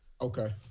Okay